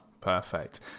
perfect